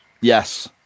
Yes